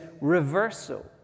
reversal